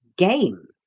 game!